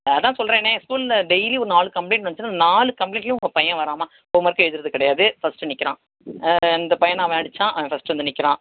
அதான் சொல்கிறேனே ஸ்கூலில் டெய்லி ஒரு நாலு கம்ப்ளைண்ட் வந்துச்சுன்னா அந்த நாலு கம்ப்ளைண்ட்லேயும் உங்கள் பையன் வர்றான்மா ஹோம் ஒர்க் எழுதுறது கிடையாது ஃபஸ்ட்டு நிற்கிறான் இந்த பையனை அவன் அடித்தான் ஃபஸ்ட்டு வந்து நிற்கிறான்